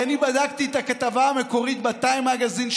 כי אני בדקתי את הכתבה המקורית ב-Time Magazine,